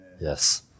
Yes